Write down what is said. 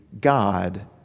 God